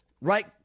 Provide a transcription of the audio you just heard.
Right